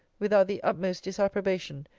without the utmost disapprobation,